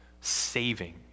saving